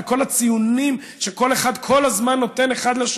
וכל הציונים שכל אחד כל הזמן נותן לאחר,